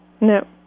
No